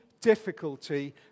difficulty